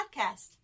podcast